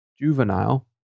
juvenile